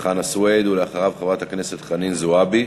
חנא סוייד, ואחריו, חברת הכנסת חנין זועבי.